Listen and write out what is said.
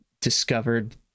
discovered